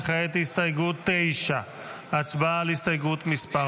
כעת הסתייגות 9. הצבעה על הסתייגות מס'